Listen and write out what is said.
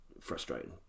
frustrating